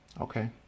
Okay